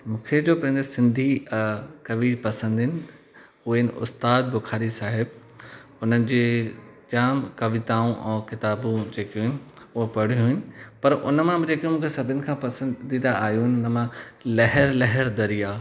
मूंखे जो पंहिंजे सिंधी कवी पसंदि इन उहे उस्ताद बुखारी साहिबु हुन जी जाम कविताऊं ऐं किताबूं जेकियूं आहिनि उहे पढ़ियूं आहिनि पर उन मां मुंहिंजे जेकियूं मूंखे सभिनि खां पसंदीदा आहियूं हुन मां लहर लहर दरिया